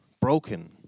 broken